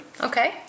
Okay